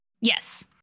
yes